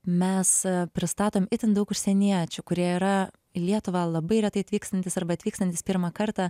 mes pristatom itin daug užsieniečių kurie yra lietuvą labai retai atvykstantys arba atvykstantys pirmą kartą